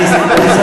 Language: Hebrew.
נגמרו לו המילים.